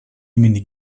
имени